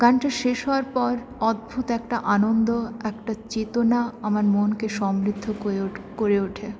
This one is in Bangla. গানটা শেষ হওয়ার পর অদ্ভূ ত একটা আনন্দ একটা চেতনা আমার মনকে সমৃদ্ধ করে ওঠে করে ওঠে